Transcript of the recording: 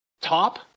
top